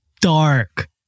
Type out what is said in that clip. dark